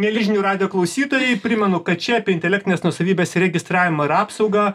mieli žinių radijo klausytojai primenu kad čia apie intelektinės nuosavybės įregistravimą ir apsaugą